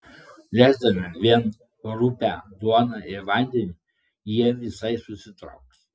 lesdami vien rupią duoną ir vandenį jie visai susitrauks